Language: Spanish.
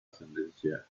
ascendencia